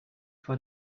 for